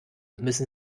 müssen